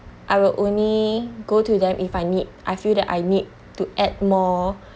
I will only go to them if I need I feel that I need to add more